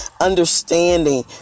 understanding